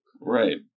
right